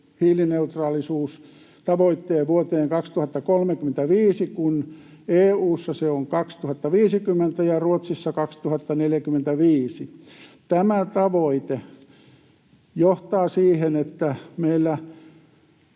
hiilineutraalisuustavoitteen, vuoteen 2035, kun EU:ssa se on 2050 ja Ruotsissa 2045. Tämä tavoite johtaa siihen, että meillä